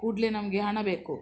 ಕೂಡಲೇ ನಮಗೆ ಹಣ ಬೇಕು